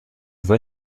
voie